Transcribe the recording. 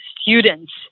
students